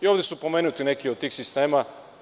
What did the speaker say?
Ovde su pomenuti neki od tih sistema.